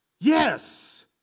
Yes